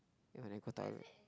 like when I go toilet